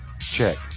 check